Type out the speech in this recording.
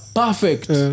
perfect